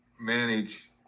manage